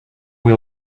were